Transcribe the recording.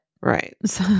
Right